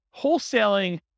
wholesaling